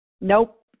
Nope